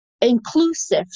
inclusive